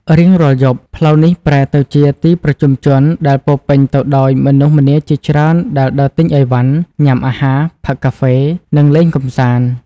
រៀងរាល់យប់ ផ្លូវនេះប្រែទៅជាទីប្រជុំជនដែលពោរពេញទៅដោយមនុស្សម្នាជាច្រើនដែលដើរទិញអីវ៉ាន់ ញ៉ាំអាហារ ផឹកកាហ្វេ និងលេងកម្សាន្ត។